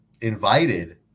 invited